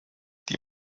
die